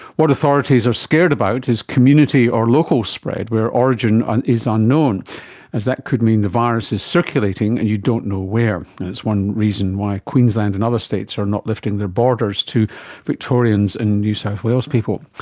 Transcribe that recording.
what authorities are scared about is community or local spread where origin is unknown as that could mean the virus is circulating and you don't know where, and it's one reason why queensland and other states are not lifting their borders to victorians and new south wales people.